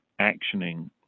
actioning